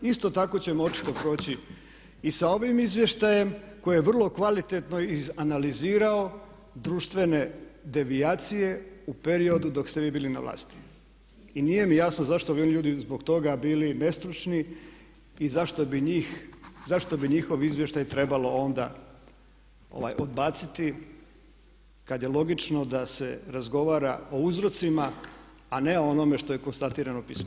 Isto tako ćemo očito proći i sa ovim izvještajem koje je vrlo kvalitetno iz analizirao društvene devijacije u periodu dok ste vi bili na vlasti i nije mi jasno zašto ovi ljudi zbog toga bili nestručni i zašto bi njihov izvještaj trebalo onda odbaciti kad je logično da se razgovara o uzrocima a ne onome što je konstatirano pismeno.